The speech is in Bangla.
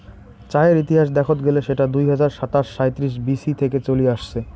চায়ের ইতিহাস দেখত গেলে সেটা দুই হাজার সাতশ সাঁইত্রিশ বি.সি থেকে চলি আসছে